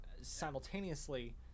Simultaneously